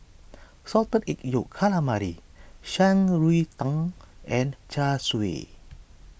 Salted Egg Yolk Calamari ShanRui Tang and Char Siu